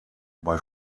bei